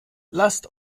lasst